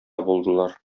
булдылар